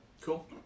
cool